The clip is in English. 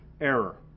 error